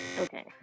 Okay